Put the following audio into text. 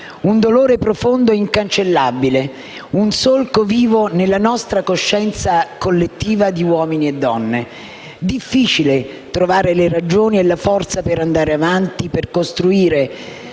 un dolore profondo e incancellabile, un solco vivo nella nostra coscienza collettiva di uomini e donne. È difficile trovare le ragioni e la forza per andare avanti e per costruire,